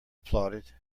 applauded